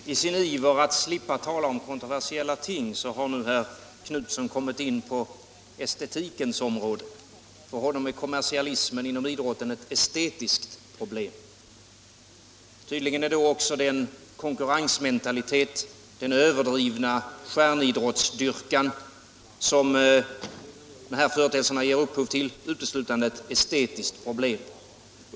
Herr talman! I sin iver att slippa tala om kontroversiella ting har nu herr Knutson kommit in på estetikens område. För honom är kommersialismen inom idrotten ett estetiskt problem. Tydligen är då också den konkurrensmentalitet och den överdrivna stjärnidrottsdyrkan som kommersialismen ger upphov till uteslutande ett estetiskt problem.